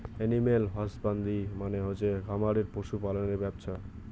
animal husbandry মানে হসে খামারে পশু পালনের ব্যপছা